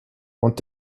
und